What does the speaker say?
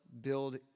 build